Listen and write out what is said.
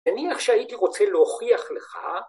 ‫נניח שהייתי רוצה להוכיח לך...